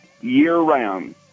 year-round